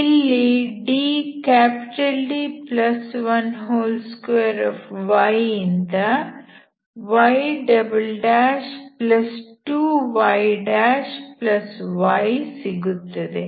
ಇಲ್ಲಿ D12y ಇಂದ y2yy ಸಿಗುತ್ತದೆ